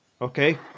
okay